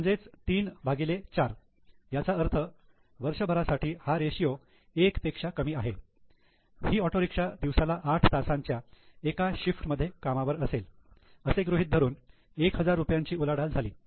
म्हणजे 3 भागिले 4 याचा अर्थ वर्षभरासाठी हा रेषीयो 1 पेक्षा कमी आहे ही ऑटोरिक्षा दिवसाला 8 तासांच्या एका शिफ्ट मध्ये कामावर असेल असे गृहीत धरून 1000 रुपयांची उलाढाल झाली